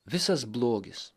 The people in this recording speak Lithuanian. visas blogis